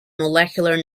molecular